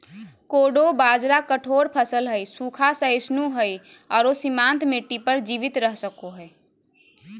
कोडो बाजरा कठोर फसल हइ, सूखा, सहिष्णु हइ आरो सीमांत मिट्टी पर जीवित रह सको हइ